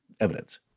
evidence